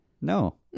No